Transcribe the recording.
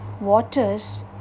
waters